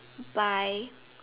by